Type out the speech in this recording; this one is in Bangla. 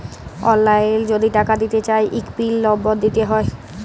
অললাইল যদি টাকা দিতে চায় ইক পিল লম্বর দিতে হ্যয়